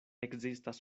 ekzistas